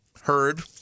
heard